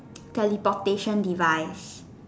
teleportation device